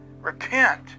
repent